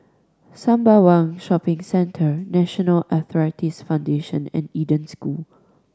Sembawang Shopping Centre National Arthritis Foundation and Eden School